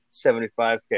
75K